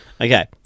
Okay